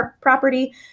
property